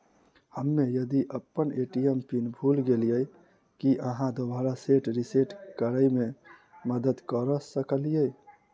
हम्मे यदि अप्पन ए.टी.एम पिन भूल गेलियै, की अहाँ दोबारा सेट रिसेट करैमे मदद करऽ सकलिये?